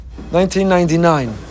1999